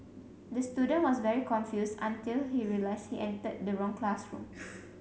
the student was very confused until he realised he entered the wrong classroom